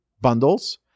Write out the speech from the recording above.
bundles